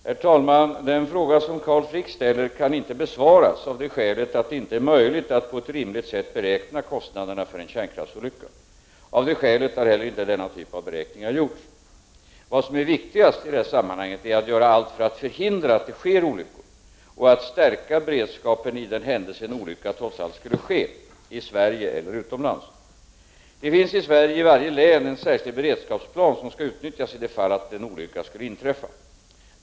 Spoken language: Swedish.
Herr talman! Den fråga som Carl Frick ställer kan inte besvaras, av det skälet att det inte är möjligt att på ett rimligt sätt beräkna kostnaderna för en kärnkraftsolycka. Av det skälet har heller inte denna typ av beräkningar gjorts. Vad som är viktigast i det här sammanhanget är att göra allt för att förhindra att det sker olyckor — och att stärka beredskapen för den händelse en olycka trots allt skulle ske, i Sverige eller utomlands. Det finns i Sverige i varje län en särskild beredskapsplan som skall utnyttjasi det fall en olycka skulle inträffa.